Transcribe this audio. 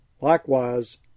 Likewise